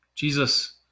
Jesus